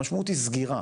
המשמעות היא סגירה.